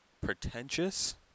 pretentious